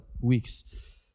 weeks